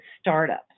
startups